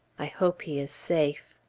i hope he is safe!